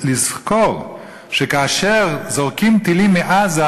לזכור שכאשר זורקים טילים מעזה,